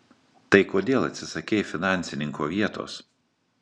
tai kodėl atsisakei finansininko vietos